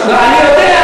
אני יודע,